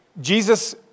Jesus